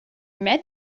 met